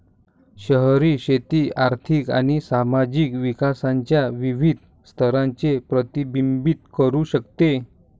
शहरी शेती आर्थिक आणि सामाजिक विकासाच्या विविध स्तरांचे प्रतिबिंबित करू शकते